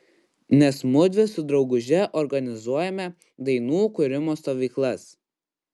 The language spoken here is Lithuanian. nes mudvi su drauguže organizuojame dainų kūrimo stovyklas